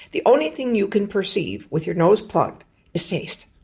the only thing you can perceive with your nose plugged is taste.